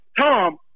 Tom